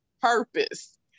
purpose